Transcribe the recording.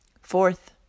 Fourth